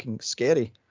scary